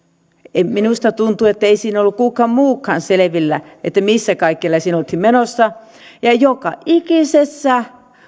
minusta tuntui ettei siinä ollut kukaan muukaan selvillä missä kaikkialla siellä oltiin menossa ja joka ikisessä